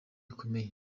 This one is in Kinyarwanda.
bikomeye